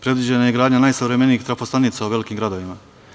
Predviđena je gradnja najsavremenijih trafo-stanica u velikim gradovima.